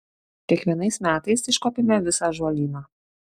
kiekvienais metais iškuopiame visą ąžuolyną